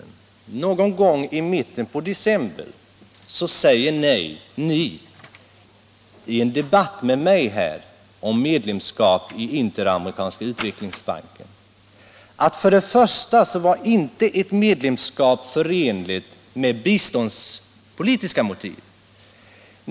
Någon gång i mitten på december sade biståndsministern i en debatt med mig om medlemskap i Interamerikanska utvecklingsbanken att ett medlemskap inte var förenligt med biståndspolitiska motiv.